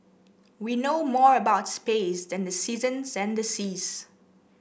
we know more about space than the seasons and the seas